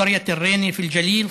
מכפר ריינה בגליל,